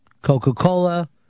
Coca-Cola